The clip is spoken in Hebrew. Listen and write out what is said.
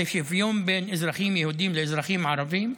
שוויון בין אזרחים יהודים לאזרחים ערבים,